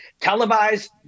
televised